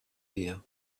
you